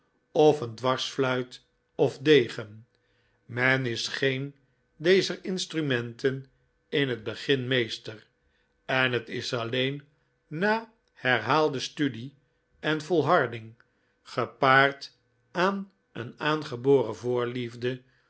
of een dwarsfluit of degen men is geen dezer instrumenten in het begin meester en het is alleen na herhaalde studie en volharding gepaard aan een aangeboren voorliefde